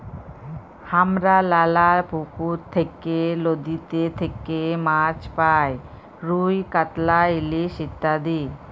হামরা লালা পুকুর থেক্যে, লদীতে থেক্যে মাছ পাই রুই, কাতলা, ইলিশ ইত্যাদি